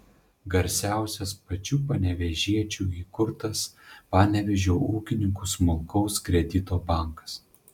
garsiausias pačių panevėžiečių įkurtas panevėžio ūkininkų smulkaus kredito bankas